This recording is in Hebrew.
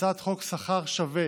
ובהצעת חוק שכר שווה